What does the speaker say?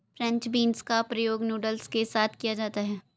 French beans का प्रयोग noodles के साथ किया जाता है